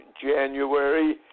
January